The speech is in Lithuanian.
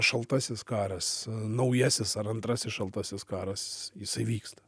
šaltasis karas naujasis ar antrasis šaltasis karas jisai vyksta